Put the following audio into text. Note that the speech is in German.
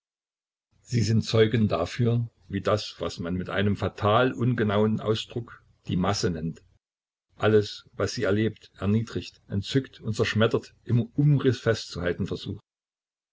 sie sind zeugen dafür wie das was man mit einem fatal ungenauen ausdruck die masse nennt alles was sie erlebt erniedrigt entzückt und zerschmettert im umriß festzuhalten versucht